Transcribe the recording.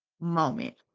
moment